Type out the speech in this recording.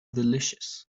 delicious